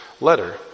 letter